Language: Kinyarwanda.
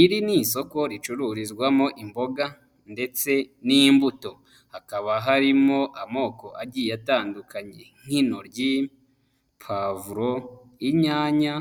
Iri ni isoko ricururizwamo imboga ndetse n'imbuto, hakaba harimo amoko agiye atandukanye nk'intoryi, pavuro, inyanya,